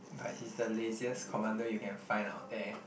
but he's the laziest commander you can find out there